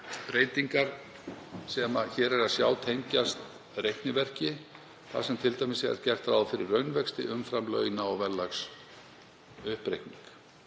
breytingar sem hér er að sjá tengjast reikniverki þar sem t.d. er gert ráð fyrir raunvexti umfram launa- og verðlagsuppreikning.